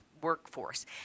workforce